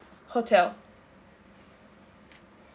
hotel